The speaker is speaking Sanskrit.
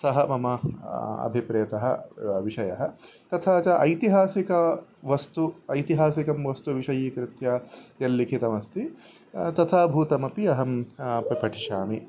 सः मम अभिप्रेयतः विषयः तथा च ऐतिहासिकं वस्तुम् ऐतिहासिकं वस्तुं विषयीकृत्य यल्लिखितमस्ति तथा भूतमपि अहं पठिष्यामि